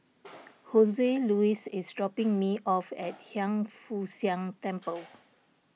Joseluis is dropping me off at Hiang Foo Siang Temple